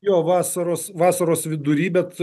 jo vasaros vasaros vidury bet